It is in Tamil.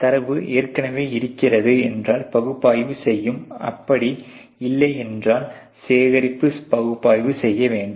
தரவு ஏற்கனவே இருக்கிறது என்றால் பகுப்பாய்வு செய்யவும் அப்படி இல்லை என்றால் சேகரித்து பகுப்பாய்வு செய்ய வேண்டும்